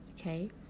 Okay